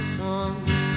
songs